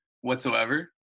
whatsoever